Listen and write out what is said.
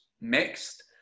mixed